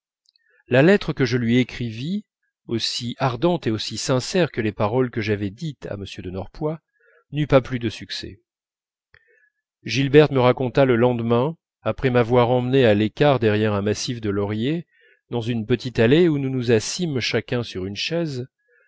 la lettre que je lui écrivis aussi ardente et aussi sincère que les paroles que j'avais dites à m de norpois n'eut pas plus de succès gilberte me raconta le lendemain après m'avoir emmené à l'écart derrière un massif de lauriers dans une petite allée où nous nous assîmes chacun sur une chaise